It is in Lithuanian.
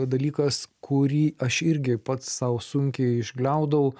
dalykas kurį aš irgi pats sau sunkiai išgliaudau